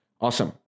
awesome